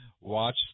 watch